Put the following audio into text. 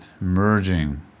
merging